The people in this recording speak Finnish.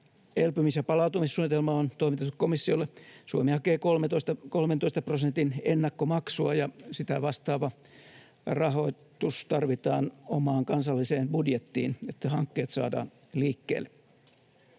elpymis- ja palautumissuunnitelma on toimitettu komissiolle, Suomi hakee 13 prosentin ennakkomaksua, ja sitä vastaava rahoitus tarvitaan omaan kansalliseen budjettiin, että hankkeet saadaan liikkeelle.